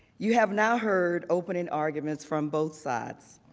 you have now heard opening arguments from both sides.